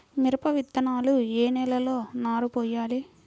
మిరప విత్తనాలు ఏ నెలలో నారు పోయాలి?